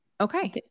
Okay